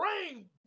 rain